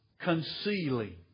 concealing